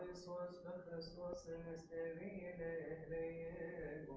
sort of lawson is a